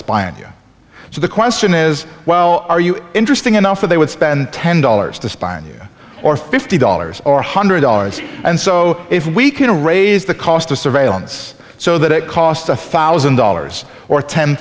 spy on you so the question is well are you interesting enough that they would spend ten dollars to spy and or fifty dollars or hundred dollars and so if we can raise the cost of surveillance so that it cost a thousand dollars or ten